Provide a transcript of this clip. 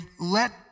let